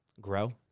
grow